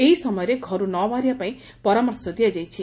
ଏହି ସମୟରେ ଘରୁ ନବାହାରିବା ପାଇଁ ପରାମର୍ଶ ଦିଆଯାଇଛି